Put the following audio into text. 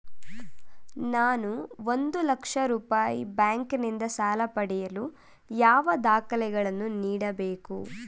ನಾನು ಒಂದು ಲಕ್ಷ ರೂಪಾಯಿ ಬ್ಯಾಂಕಿನಿಂದ ಸಾಲ ಪಡೆಯಲು ಯಾವ ದಾಖಲೆಗಳನ್ನು ನೀಡಬೇಕು?